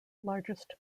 largest